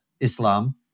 Islam